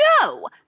no